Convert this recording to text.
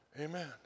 Amen